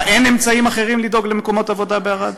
מה, אין אמצעים אחרים לדאוג למקומות עבודה בערד?